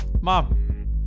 Mom